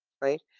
right